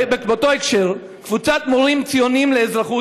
באותו הקשר: קבוצת מורים ציונים לאזרחות